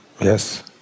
yes